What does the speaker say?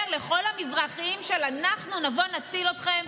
לכל המזרחיים "אנחנו נבוא ונציל אתכם"